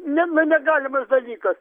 ne ne negalimas dalykas